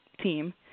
team